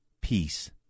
peace